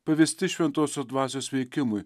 pavesti šventosios dvasios veikimui